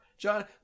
John